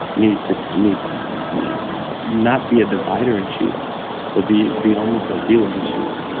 needs to needs to like not be a divider in chief but be be almost a healer in chief,